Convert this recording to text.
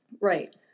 Right